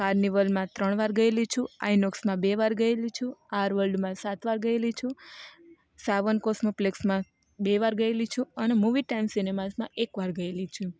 કાર્નિવલમાં ત્રણ વાર ગએલી છું આઈનોક્સમાં બે વાર ગએલી છું આર વર્લ્ડમાં સાત વાર ગએલી છું સાવન કોસ્મોપ્લેક્સમાં બે વાર ગએલી છું અને મૂવી ટાઈમ સીનેમાસમાં એક વાર ગએલી છું